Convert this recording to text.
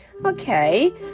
Okay